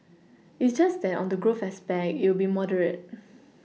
it's just that on the growth aspect it will moderate